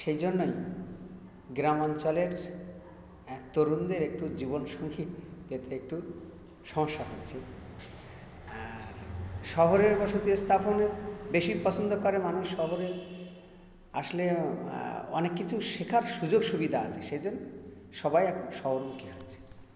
সেই জন্যই গ্রাম অঞ্চলের এক তরুণদের একটু জীবনসঙ্গী পেতে একটু সমস্যা হচ্ছে শহরের বসতি স্থাপনে বেশি পছন্দ করে মানুষ শহরে আসলে অনেক কিছু শেখার সুযোগ সুবিধা আছে সেজন্য সবাই এখন শহরমুখী হচ্ছে